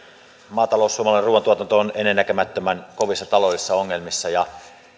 maatalous suomalainen ruuantuotanto on ennennäkemättömän kovissa taloudellisissa ongelmissa